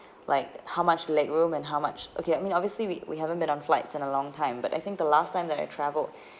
like how much leg room and how much okay I mean obviously we we haven't been on flights in a long time but I think the last time that I traveled